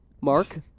Mark